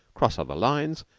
cross other lines,